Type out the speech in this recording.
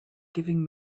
giving